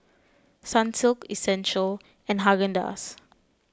Sunsilk Essential and Haagen Dazs